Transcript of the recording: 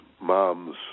mom's